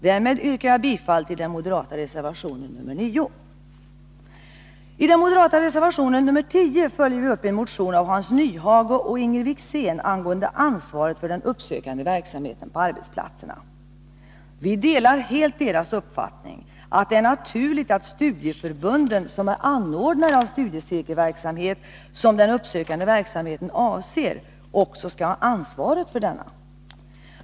Härmed yrkar jag bifall till den moderata reservationen 9; I den moderata reservationen 10 följer vi upp en motion av Hans Nyhage och Inger Wickzén angående ansvaret för den uppsökande verksamheten på arbetsplatserna. Vi delar helt deras uppfattning att det är naturligt att studieförbunden, som är anordnare av den studiecirkelverksamhet som den uppsökande verksamheten avser, också skall ha ansvaret för denna.